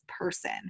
person